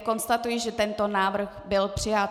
Konstatuji, že tento návrh byl přijat.